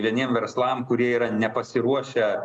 vieniem verslam kurie yra nepasiruošę